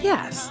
Yes